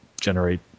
generate